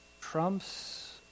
trumps